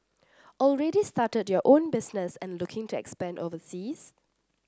already started your own business and looking to expand overseas